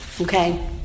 Okay